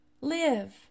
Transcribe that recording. live